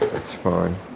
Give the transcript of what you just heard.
that's fine.